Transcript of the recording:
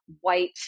white